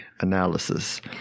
analysis